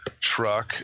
truck